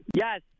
Yes